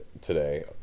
today